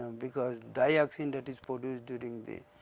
because dioxine that is produced during the,